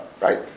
Right